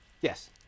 Yes